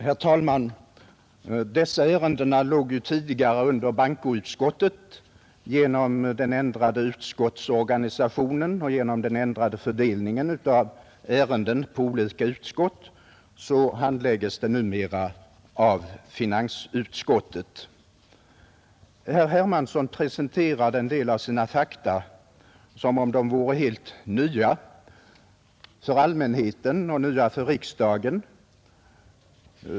Herr talman! Dessa ärenden låg ju tidigare under bankoutskottet. Till följd av den ändrade utskottsorganisationen och den ändrade fördelningen av ärenden på olika utskott handlägges de numera av finansutskottet. Herr Hermansson i Stockholm presenterar en del av sina fakta som om de vore helt nya för allmänheten och nya för riksdagen.